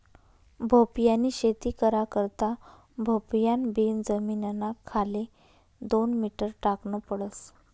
भोपयानी शेती करा करता भोपयान बी जमीनना खाले दोन मीटर टाकन पडस